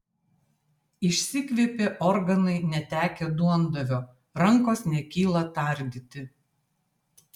išsikvėpė organai netekę duondavio rankos nekyla tardyti